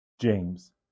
James